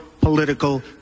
political